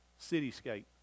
cityscape